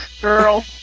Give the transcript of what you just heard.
Girl